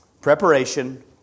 Preparation